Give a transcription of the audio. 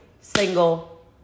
single